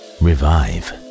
revive